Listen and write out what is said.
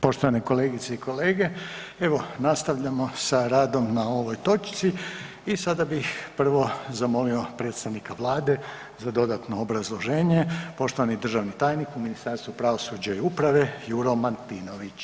Poštovane kolegice i kolege, evo nastavljamo sa radom na ovoj točci i sada bih prvo zamolio predstavnika Vlade za dodatno obrazloženje, poštovani državni tajnik u Ministarstvu pravosuđa i uprave Juro Martinović.